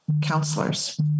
counselors